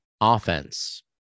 Offense